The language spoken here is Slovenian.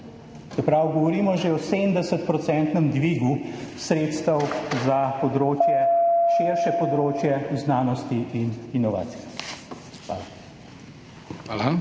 govorimo že o 70-odstotnem dvigu sredstev za širše področje znanosti in inovacij. Hvala.